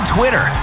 Twitter